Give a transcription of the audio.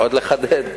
עוד לחדד?